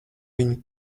viņu